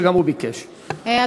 שביקש גם הוא.